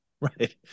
Right